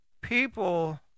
people